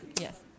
yes